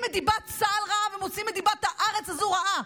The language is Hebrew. את דיבת צה"ל רעה ומוציאים את דיבת הארץ הזו רעה.